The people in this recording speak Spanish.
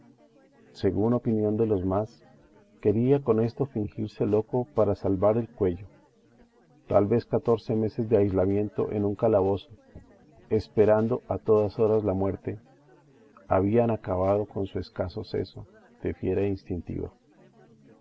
según opinión de los más quería con esto fingirse loco para salvar el cuello tal vez catorce meses de aislamiento en un calabozo esperando a todas horas la muerte habían acabado con su escaso seso